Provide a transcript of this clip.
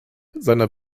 seiner